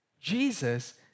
Jesus